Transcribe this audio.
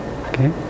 Okay